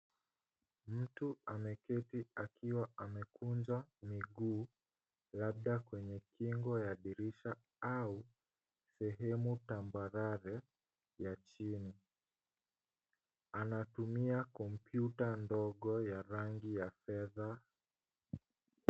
Mtu ameketi akiwa amekunja miguu labda kwenye kingo ya dirisha au sehemu tambarare ya chini. Anatumia kompyuta ndogo ya rangi ya fedha.